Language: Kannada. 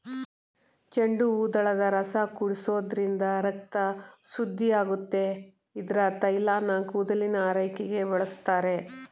ಚೆಂಡುಹೂದಳದ ರಸ ಕುಡಿಸೋದ್ರಿಂದ ರಕ್ತ ಶುದ್ಧಿಯಾಗುತ್ತೆ ಇದ್ರ ತೈಲನ ಕೂದಲಿನ ಆರೈಕೆಗೆ ಬಳಸ್ತಾರೆ